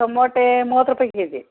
tomato ಮೂವತ್ತು ರೂಪಾಯಿ KG